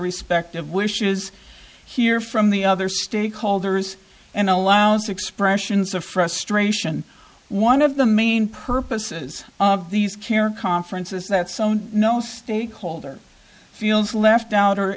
respective wishes hear from the other stakeholders and allows expressions of frustration one of the main purposes of these care conferences that someone no stakeholder feels left out or